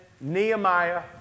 Nehemiah